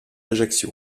ajaccio